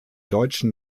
deutschen